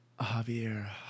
Javier